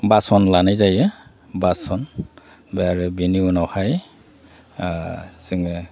बासन लानाय जायो बासन ओमफाय आरो बिनि उनावहाय जोङो